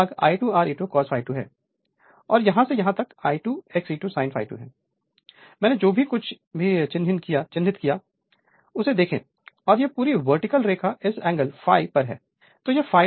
इसलिए यह भाग I2 Re2 cos ∅2 है और यहां से यहां तक I2 XE2 sin ∅2 है मैंने जो कुछ भी चिह्नित किया है उसे देखें और यह पूरी वर्टिकल रेखा इस एंगल ∅ पर है I है